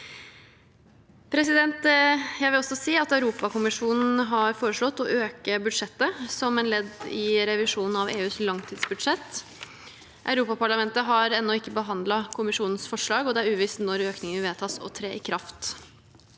Jeg vil også si at Europakommisjonen har foreslått å øke budsjettet som ledd i revisjonen av EUs langtidsbudsjett. Europaparlamentet har ennå ikke behandlet kommisjonens forslag, og det er uvisst når økningen vil vedtas og tre i kraft.